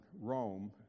Rome